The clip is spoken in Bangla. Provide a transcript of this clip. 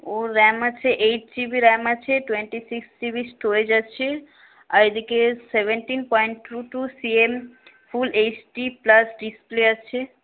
ওর র্যাম আছে এইট জিবি র্যাম আছে টোয়েন্টি সিক্স জিবি স্টোরেজ আছে আর এদিকে seventeen point two two cm full HD plus display আছে